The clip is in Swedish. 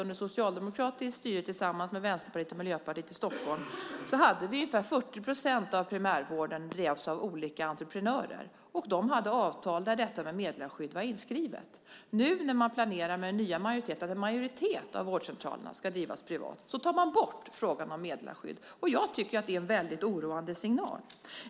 Under socialdemokratiskt styre tillsammans med Vänsterpartiet och Miljöpartiet i Stockholm drevs ungefär 40 procent av primärvården av olika entreprenörer. De hade avtal där meddelarskydd var inskrivet. Nu när den nya majoriteten planerar att en majoritet av vårdcentralerna ska drivas privat tas frågan om meddelarskydd bort. Det är en oroande signal.